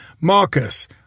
marcus